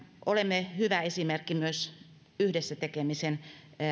olemme hyvä esimerkki myös yhdessä tekemisen